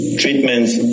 treatments